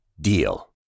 DEAL